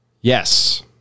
Yes